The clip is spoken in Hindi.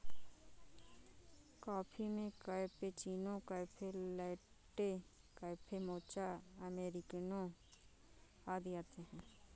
कॉफ़ी में cappuccino, cafe latte, cafe mocha, अमेरिकनों आदि आते है